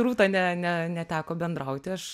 rūta ne ne neteko bendrauti aš